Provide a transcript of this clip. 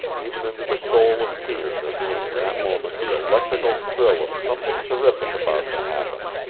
even into the soul of peter there came in that moment the electrical thrill of something terrific about to happen,